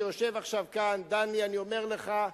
שיושב עכשיו כאן, דני, אני אומר לך,